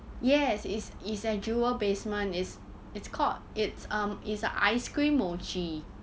yes is it's at jewel basement is it's called it's um is a ice cream mochi